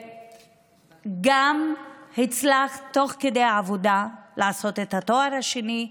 גם הצלחת תוך כדי עבודה לעשות את התואר השני,